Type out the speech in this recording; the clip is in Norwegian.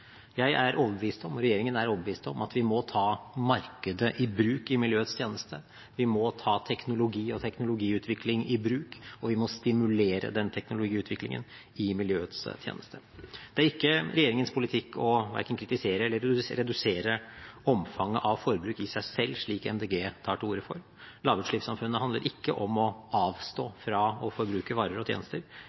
Jeg og regjeringen er overbevist om at vi må ta markedet i bruk i miljøets tjeneste, vi må ta teknologi og teknologiutvikling i bruk, og vi må stimulere den teknologiutviklingen i miljøets tjeneste. Det er ikke regjeringens politikk verken å kritisere eller redusere omfanget av forbruk i seg selv, slik Miljøpartiet De Grønne tar til orde for. Lavutslippssamfunnet handler ikke om å avstå fra å forbruke varer og tjenester,